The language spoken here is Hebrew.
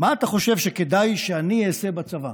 מה אתה חושב שכדאי שאני אעשה בצבא?